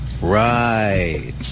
right